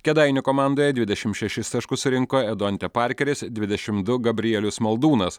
kėdainių komandoje dvidešim šešis taškus surinko edonte parkeris dvidešim du gabrielius maldūnas